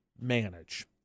manage